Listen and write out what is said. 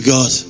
God